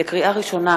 לקריאה ראשונה,